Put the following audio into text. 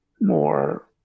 more